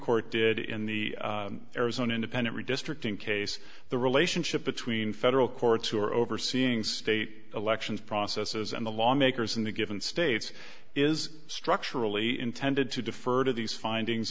court did in the arizona independent redistricting case the relationship between federal courts who are overseeing state elections processes and the lawmakers in the given states is structurally intended to defer to these findings